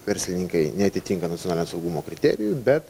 verslininkai neatitinka nacionalinio saugumo kriterijų bet